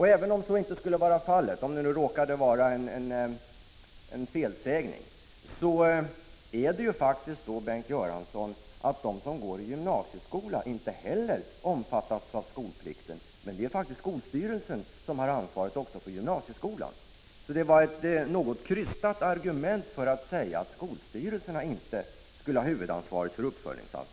Även om detta inte skulle vara fallet, om det råkade vara en felsägning, är det ändå faktiskt så, Bengt Göransson, att de som går i gymnasieskolan inte heller omfattas av skolplikten. Men det är ändå skolstyrelsen som har ansvar också för = Prot. 1985/86:48 gymnasieskolan. 10 december 1985 Det var alltså ett något krystat argument för att inte skolstyrelserna skulle ha huvudansvaret för uppföljningen.